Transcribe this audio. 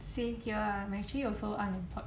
same here I'm actually also unemployed